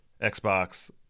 Xbox